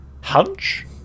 Hunch